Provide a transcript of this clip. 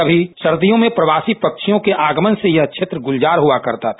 कभी सर्दियों में प्रवासी पक्षियों के आगमन से यह क्षेत्र गुलजार हुआ करता था